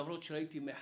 ולמרות שראיתי פה מחאה,